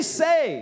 say